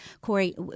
Corey